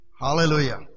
Hallelujah